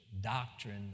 doctrine